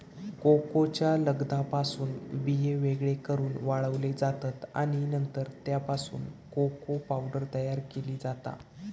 कोकोच्या लगद्यापासून बिये वेगळे करून वाळवले जातत आणि नंतर त्यापासून कोको पावडर तयार केली जाता